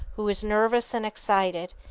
who is nervous and excited,